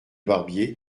barbier